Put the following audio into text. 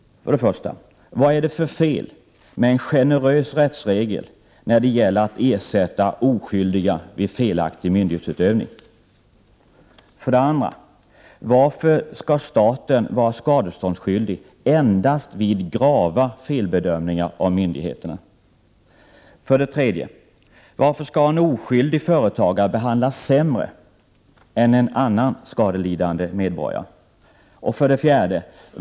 1. Vad är det för fel med en generös rättsregel när det gäller att ersätta oskyldiga vid felaktig myndighetsutövning? 2. Varför skall staten vara skadeståndsskyldig endast vid grava felbedömningar av myndigheterna? 3. Varför skall en oskyldig företagare behandlas sämre än en annan skadelidande medborgare? 4.